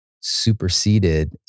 superseded